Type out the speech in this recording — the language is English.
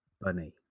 Bunny